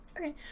Okay